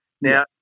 Now